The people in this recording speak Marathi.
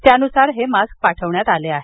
त्यानुसार हे मास्क पाठविण्यात आले आहेत